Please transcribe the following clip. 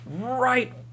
right